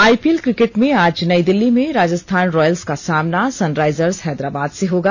IPL cricket में आज नई दिल्ली में राजस्थान रायल्स का सामना सनराइजर्स हैदराबाद से होगा